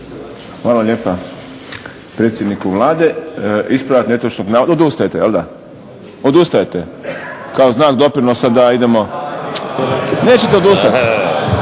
Hvala lijepa predsjedniku Vlade. Ispravak netočnog navoda. Odustajete jel da, kao znak doprinosa da idemo. Nećete odustati.